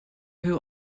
who